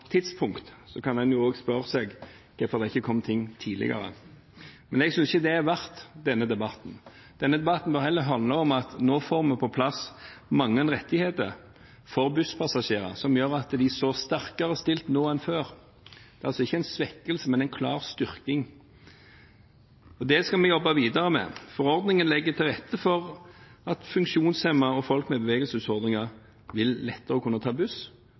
kan en også spørre seg hvorfor ikke det kom noe tidligere. Jeg synes ikke det er verdt å debattere. Denne debatten bør heller handle om at vi nå får på plass mange rettigheter for busspassasjerer, som gjør at de står sterkere stilt nå enn før. Det er altså ikke en svekkelse, men en klar styrking. Og det skal vi jobbe videre med. Forordningen legger til rette for at funksjonshemmede og folk med bevegelsesutfordringer lettere vil kunne ta buss,